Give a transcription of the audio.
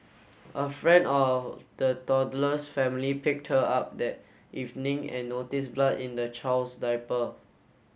a friend of the toddler's family picked her up that evening and noticed blood in the child's diaper